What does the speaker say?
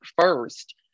first